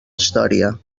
història